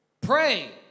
pray